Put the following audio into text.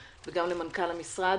וגם למנכ"ל המשרד,